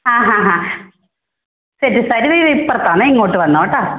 ആ ഹാ ഹാ സെറ്റ് സാരി ഇതാ ഇപ്പുറത്താണ് ഇങ്ങോട്ടു വന്നോ കേട്ടാ